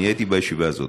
אני הייתי בישיבה הזאת.